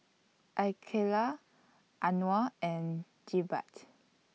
Aqeelah Anuar and Jebat